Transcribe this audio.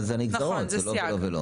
נכון, זה סייג.